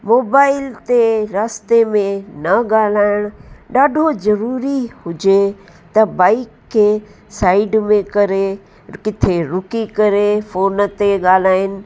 mobile ते रस्ते में न ॻाल्हाइण ॾाढो ज़रूरी हुजे त बाइक खे साइड में करे किथे रुकी करे फोन ते ॻाल्हाइण